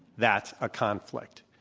that's a conflict.